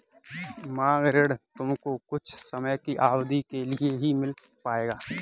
मांग ऋण तुमको कुछ समय की अवधी के लिए ही मिल पाएगा